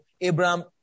Abraham